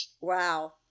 Wow